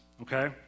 Okay